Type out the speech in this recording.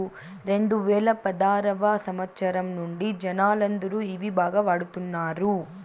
రెండువేల పదారవ సంవచ్చరం నుండి జనాలందరూ ఇవి బాగా వాడుతున్నారు